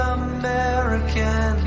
american